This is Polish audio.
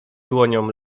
dłonią